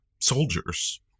soldiers